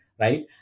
right